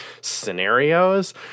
scenarios